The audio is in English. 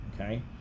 Okay